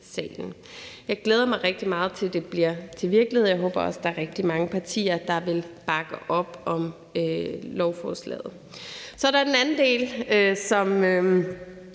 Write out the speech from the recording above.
Jeg glæder mig rigtig meget til, at det bliver til virkelighed, og jeg håber også, der er rigtig mange partier, der vil bakke op om lovforslaget. Så er der den anden del, som